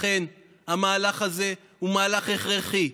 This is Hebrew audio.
לכן, המהלך הזה הוא מהלך הכרחי.